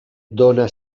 dona